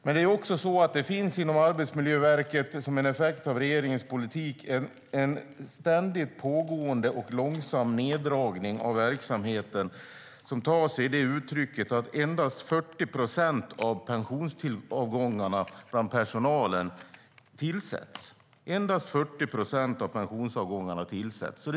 Som en effekt av regeringens politik finns det också inom Arbetsmiljöverket en ständigt pågående och långsam neddragning av verksamheten som tar sig det uttrycket att endast 40 procent av pensionsavgångarna bland personalen tillsätts på nytt. Endast 40 procent av pensionsavgångarna tillsätts på nytt.